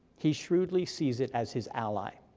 he shrewdly sees it as his ally.